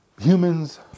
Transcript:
humans